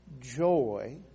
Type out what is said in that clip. joy